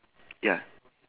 ya